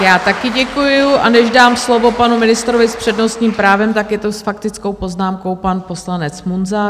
Já také děkuju a než dám slovo panu ministrovi s přednostním právem, tak je to s faktickou poznámkou pan poslanec Munzar.